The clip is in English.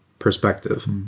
perspective